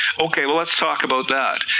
okay let's talk about that,